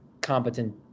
competent